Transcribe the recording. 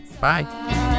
Bye